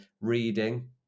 reading